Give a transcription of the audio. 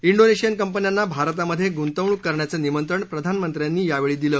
Indonesian कंपन्यांना भारतामध्ये गुंतवणूक करण्याचं निमंत्रण प्रधानमंत्र्यांनी यावेळी दिलं